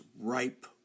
ripe